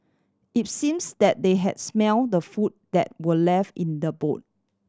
it seems that they had smelt the food that were left in the boot